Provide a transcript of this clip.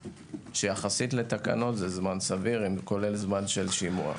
שיחסית לתקנות זה זמן סביר כולל זמן של שימוע.